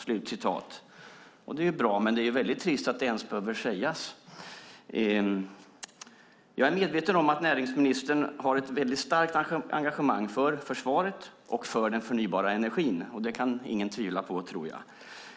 Det är bra, men det är väldigt trist att det ens behöver sägas. Jag är medveten om att näringsministern har ett starkt engagemang för försvaret och för den förnybara energin, och det kan ingen tvivla på, tror jag.